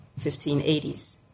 1580s